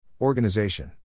Organization